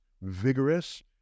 vigorous